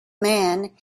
man